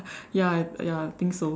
ya ya I think so